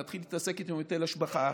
נתחיל להתעסק איתו עם היטל השבחה,